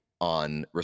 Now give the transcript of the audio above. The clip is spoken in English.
on